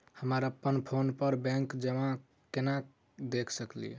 हम अप्पन फोन पर बैंक जमा केना देख सकै छी?